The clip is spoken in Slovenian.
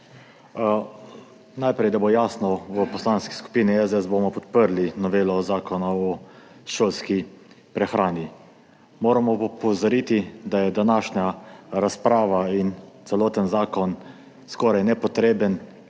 Najprej, da bo jasno, v Poslanski skupini SDS bomo podprli novelo Zakona o šolski prehrani. Moramo pa opozoriti, da sta današnja razprava in celoten zakon skoraj nepotrebna,